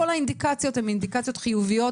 כל האינדיקציות הן אינדיקציות חיובית,